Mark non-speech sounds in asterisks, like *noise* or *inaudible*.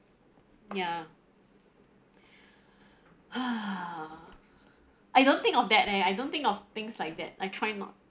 ya *breath* !hais! I don't think of that leh I don't think of things like that I try not